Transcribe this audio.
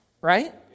Right